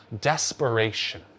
desperation